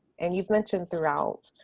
and you've mentioned throughout